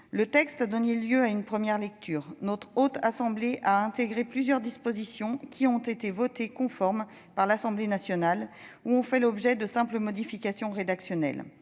fortement malmené. En première lecture, la Haute Assemblée a intégré plusieurs dispositions qui ont été votées conformes par l'Assemblée nationale ou qui ont fait l'objet de simples modifications rédactionnelles.